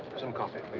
some coffee,